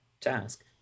task